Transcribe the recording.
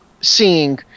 seeing